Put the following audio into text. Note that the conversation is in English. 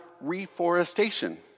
reforestation